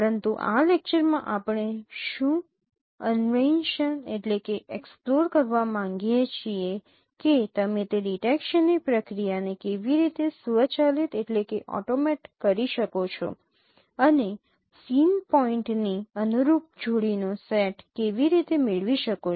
પરંતુ આ લેક્ચર માં આપણે શું અન્વેષણ કરવા માંગીએ છીએ કે તમે તે ડિટેકશનની પ્રક્રિયાને કેવી રીતે સ્વચાલિત કરી શકો છો અને સીન પોઇન્ટની અનુરૂપ જોડીનો સેટ કેવી રીતે મેળવી શકો છો